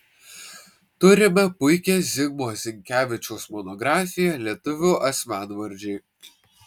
turime puikią zigmo zinkevičiaus monografiją lietuvių asmenvardžiai